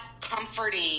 comforting